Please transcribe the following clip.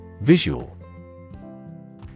Visual